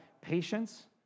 patience